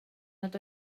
nad